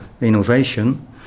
innovation